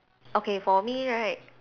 okay for me right